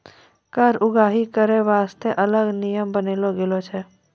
कर उगाही करै बासतें अलग नियम बनालो गेलौ छै